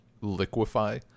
liquefy